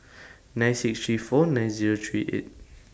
nine six three four nine Zero three eight